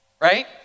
right